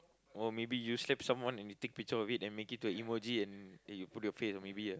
or maybe you slap someone and you take picture of it and make it to a emoji then you put your face and maybe ah